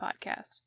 podcast